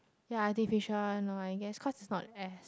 ya artificial one no I guess cause it's not add